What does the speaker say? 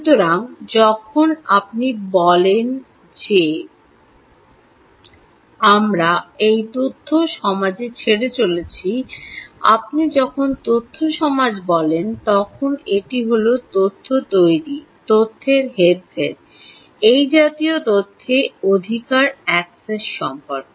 সুতরাং যখন আপনি বলেন যে আমরা এই তথ্য সমাজে ছেড়ে চলেছি আপনি যখন তথ্য সমাজ বলেন তখন এটি হল তথ্য তৈরি তথ্যের হেরফের এই জাতীয় তথ্যে অধিকার অ্যাক্সেস সম্পর্কে